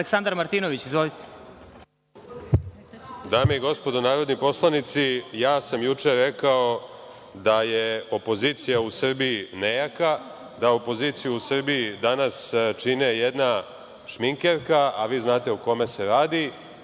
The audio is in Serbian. **Aleksandar Martinović** Dame i gospodo narodni poslanici, ja sam juče rekao da je opozicija u Srbiji nejaka, da opoziciju u Srbiji danas čine jedna šminkerka, a vi znate o kome se radi,